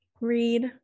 Read